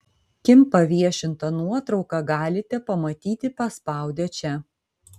kim paviešintą nuotrauką galite pamatyti paspaudę čia